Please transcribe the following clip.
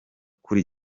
kuri